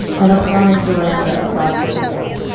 and a prominent veranda across the facade.